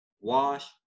Wash